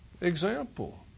example